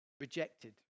Rejected